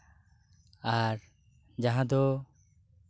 ᱟᱨ ᱡᱟᱦᱟ ᱫᱚ